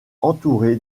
entouré